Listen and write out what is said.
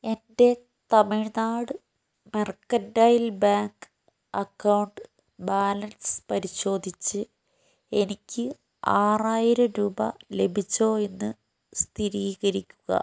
എൻ്റെ Tamil Nadu Mercantile Bank account balance പരിശോധിച്ച് എനിക്ക് ആറായിരം രൂപ ലഭിച്ചോ എന്ന് സ്ഥിരീകരിക്കുക